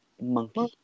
monkey